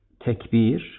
tekbir